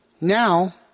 now